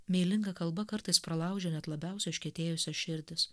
meilinga kalba kartais pralaužia net labiausiai užkietėjusias širdis